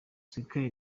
skizzy